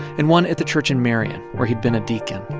and one at the church in marion, where he'd been a deacon.